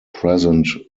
present